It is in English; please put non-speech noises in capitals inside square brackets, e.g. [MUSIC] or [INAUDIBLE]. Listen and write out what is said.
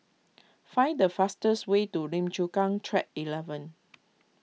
find the fastest way to Lim Chu Kang Track eleven [NOISE]